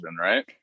right